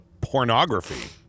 pornography